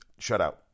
shutout